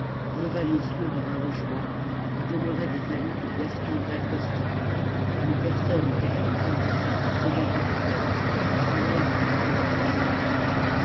leva les yeux vers un logement où demeuraient des amis de gaston dacosta une personne était à la fenêtre regardant à terre elle semblait lui indiquer quelque chose